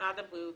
משרד הבריאות.